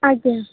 ଆଜ୍ଞା